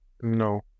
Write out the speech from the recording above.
No